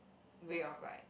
way of like